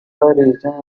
reason